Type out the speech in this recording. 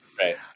Right